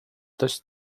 das